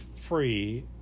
free